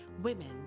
women